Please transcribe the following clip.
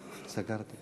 מהפייסבוק, איציק?